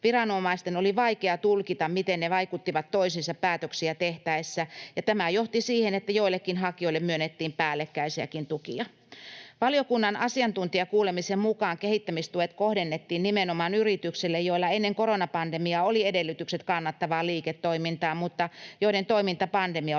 Viranomaisten oli vaikea tulkita, miten ne vaikuttivat toisiinsa päätöksiä tehtäessä, ja tämä johti siihen, että joillekin hakijoille myönnettiin päällekkäisiäkin tukia. Valiokunnan asiantuntijakuulemisen mukaan kehittämistuet kohdennettiin nimenomaan yrityksille, joilla ennen koronapandemiaa oli edellytykset kannattavaan liiketoimintaan mutta joiden toimintaan pandemia oli